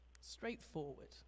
straightforward